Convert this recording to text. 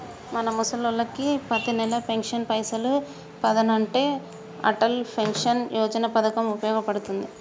మన ముసలోళ్ళకి పతినెల పెన్షన్ పైసలు పదనంటే అటల్ పెన్షన్ యోజన పథకం ఉపయోగ పడుతుంది